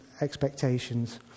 expectations